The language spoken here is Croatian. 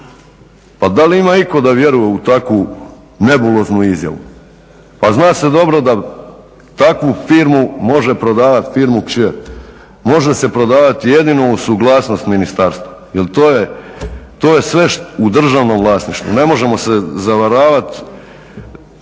Pa da li ima iko da vjeruje u takvu nebuloznu izjavu, a zna se dobro da takvu firmu može prodavati, firmu kćer, može se prodavati jedino uz suglasnost ministarstva jer to je sve u državnom vlasništvu. Ne možemo se zavaravati,